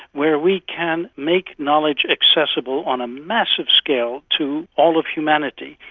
where we can make knowledge accessible on a massive scale to all of humanity.